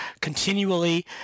continually